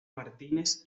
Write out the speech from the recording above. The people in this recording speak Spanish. martínez